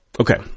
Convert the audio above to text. Okay